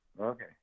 Okay